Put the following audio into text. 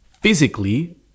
physically